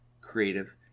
creative